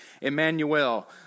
Emmanuel